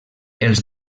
els